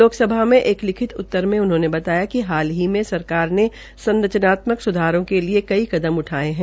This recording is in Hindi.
लोकसभा मैं एक लिखित उतर मैं उन्होंने बताया कि हाल ही मैं सरकार ने संरचनात्मक स्धारों के लिए कई कदम उठाये है